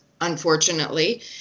unfortunately